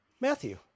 Matthew